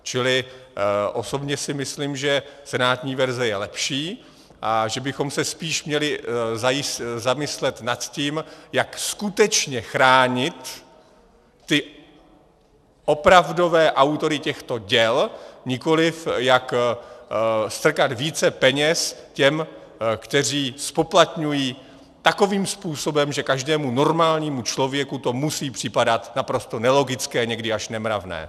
Čili osobně si myslím, že senátní verze je lepší a že bychom se spíš měli zamyslet nad tím, jak skutečně chránit ty opravdové autory těchto děl, nikoliv jak strkat více peněz těm, kteří zpoplatňují takovým způsobem, že každému normálnímu člověku to musí připadat naprosto nelogické, někdy až nemravné.